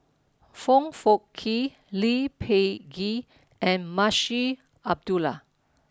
Foong Fook Kay Lee Peh Gee and Munshi Abdullah